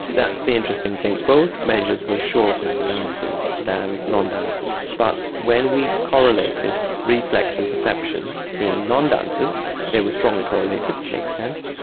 that's the interesting thing, both measures were short in the dancers than non-dancers, but when we correlated reflex and perception in non-dancers they were strongly correlated, makes sense,